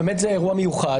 זה אירוע מיוחד.